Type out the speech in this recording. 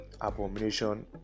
abomination